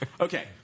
Okay